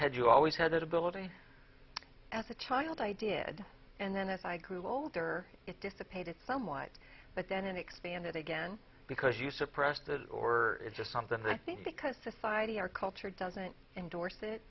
had you always had that ability as a child i did and then as i grew older it dissipated somewhat but then expanded again because you suppress that or it's just something i think because society or culture doesn't endorse it